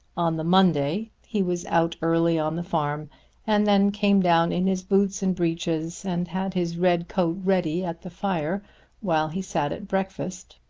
on the monday he was out early on the farm and then came down in his boots and breeches, and had his red coat ready at the fire while he sat at breakfast.